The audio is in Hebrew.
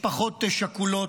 ויש משפחות שכולות,